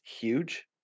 huge